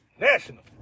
national